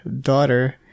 daughter